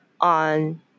on